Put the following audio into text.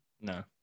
No